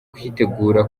kwitegura